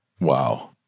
Wow